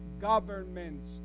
governments